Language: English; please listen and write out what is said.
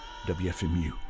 WFMU